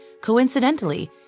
coincidentally